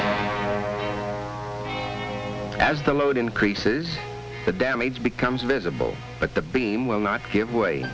as the load increases the damage becomes visible but the beam will not give way